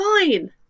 fine